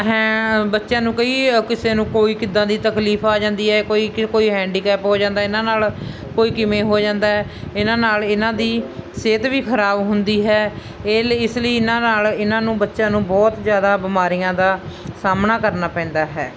ਹੈਂ ਬੱਚਿਆਂ ਨੂੰ ਕਈ ਕਿਸੇ ਨੂੰ ਕੋਈ ਕਿੱਦਾਂ ਦੀ ਤਕਲੀਫ ਆ ਜਾਂਦੀ ਹੈ ਕੋਈ ਕਿ ਕੋਈ ਹੈਂਡੀਕੈਪ ਹੋ ਜਾਂਦਾ ਇਹਨਾਂ ਨਾਲ ਕੋਈ ਕਿਵੇਂ ਹੋ ਜਾਂਦਾ ਹੈ ਇਹਨਾਂ ਨਾਲ ਇਹਨਾਂ ਦੀ ਸਿਹਤ ਵੀ ਖਰਾਬ ਹੁੰਦੀ ਹੈ ਇਹ ਲਈ ਇਸ ਲਈ ਇਹਨਾਂ ਨਾਲ ਇਹਨਾਂ ਨੂੰ ਬੱਚਿਆਂ ਨੂੰ ਬਹੁਤ ਜ਼ਿਆਦਾ ਬਿਮਾਰੀਆਂ ਦਾ ਸਾਹਮਣਾ ਕਰਨਾ ਪੈਂਦਾ ਹੈ